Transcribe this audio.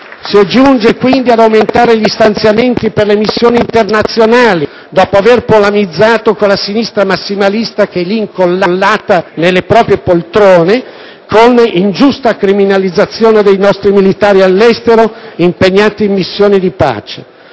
Si giunge anche ad aumentare gli stanziamenti per le missioni internazionali, dopo avere polemizzato con la sinistra massimalista, che è lì incollata alle proprie poltrone, con ingiusta criminalizzazione dei nostri militari all'estero, impegnati in missioni di pace.